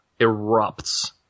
erupts